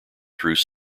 through